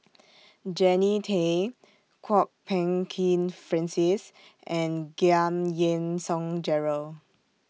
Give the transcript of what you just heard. Jannie Tay Kwok Peng Kin Francis and Giam Yean Song Gerald